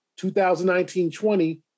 2019-20